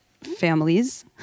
families